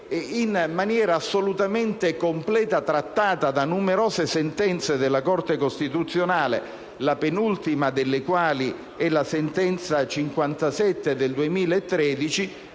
in maniera assolutamente completa da numerose sentenze della Corte costituzionale, la penultima delle quali è la sentenza n. 57 del 2013